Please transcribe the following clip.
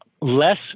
less